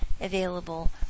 available